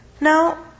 Now